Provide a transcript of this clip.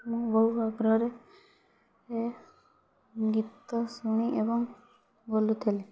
ମୁଁ ବହୁ ଆଗ୍ରହରେ ଗୀତ ଶୁଣି ଏବଂ ବୋଲୁଥିଲି